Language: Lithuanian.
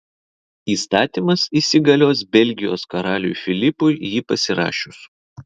įstatymas įsigalios belgijos karaliui filipui jį pasirašius